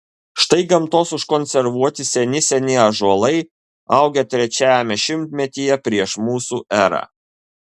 štai gamtos užkonservuoti seni seni ąžuolai augę trečiajame šimtmetyje prieš mūsų erą